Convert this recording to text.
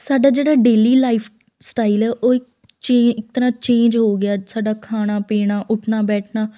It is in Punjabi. ਸਾਡਾ ਜਿਹੜਾ ਡੇਲੀ ਲਾਈਫ ਸਟਾਈਲ ਹੈ ਉਹ ਇ ਚੇਂ ਇੱਕ ਤਰ੍ਹਾਂ ਚੇਂਜ ਹੋ ਗਿਆ ਸਾਡਾ ਖਾਣਾ ਪੀਣਾ ਉੱਠਣਾ ਬੈਠਣਾ